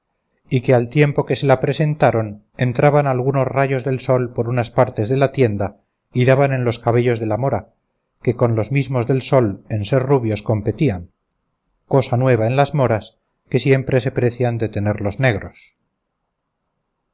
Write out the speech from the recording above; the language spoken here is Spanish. y que al tiempo que se la presentaron entraban algunos rayos del sol por unas partes de la tienda y daban en los cabellos de la mora que con los mismos del sol en ser rubios competían cosa nueva en las moras que siempre se precian de tenerlos negros